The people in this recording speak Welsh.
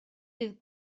bydd